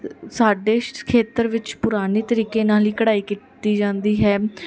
ਸਾਡੇ ਖੇਤਰ ਵਿੱਚ ਪੁਰਾਣੇ ਤਰੀਕੇ ਨਾਲ ਹੀ ਕਢਾਈ ਕੀਤੀ ਜਾਂਦੀ ਹੈ